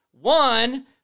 One